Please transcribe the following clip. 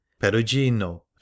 Perugino